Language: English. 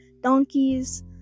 donkeys